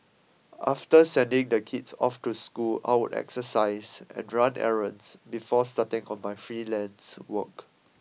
after sending the kids off to school I would exercise and run errands before starting on my freelance work